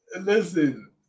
Listen